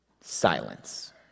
silence